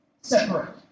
separate